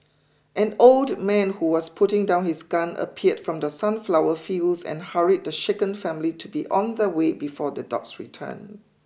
an old man who was putting down his gun appeared from the sunflower fields and hurried the shaken family to be on their way before the dogs return